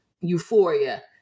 euphoria